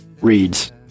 reads